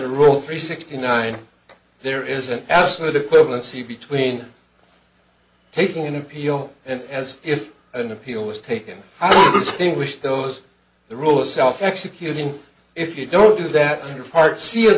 the rule three sixty nine there is an absolute equivalency between taking an appeal and as if an appeal was taken they wish those the rule self executing if you don't do that on your part